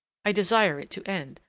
i desire it to end.